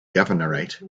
governorate